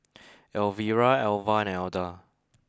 Elvira Elva and Elda